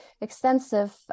extensive